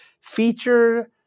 feature